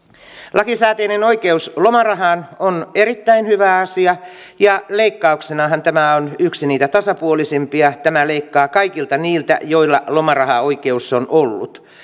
lakisääteinen oikeus lomarahaan on erittäin hyvä asia ja leikkauksenahan tämä on yksi niitä tasapuolisimpia tämä leikkaa kaikilta niiltä joilla lomarahaoikeus on ollut